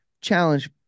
challenge